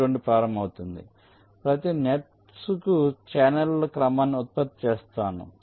ప్రతి నెట్స్కు ఛానెల్ల క్రమాన్ని ఉత్పత్తి చేస్తాను